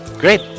great